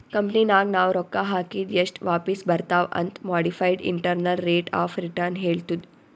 ಕಂಪನಿನಾಗ್ ನಾವ್ ರೊಕ್ಕಾ ಹಾಕಿದ್ ಎಸ್ಟ್ ವಾಪಿಸ್ ಬರ್ತಾವ್ ಅಂತ್ modified internal rate of return ಹೇಳ್ತುದ್